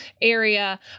area